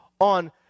on